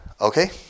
Okay